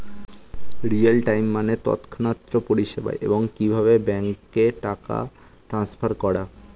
real time মানে তৎক্ষণাৎ পরিষেবা, এবং কিভাবে ব্যাংকে টাকা ট্রান্সফার করা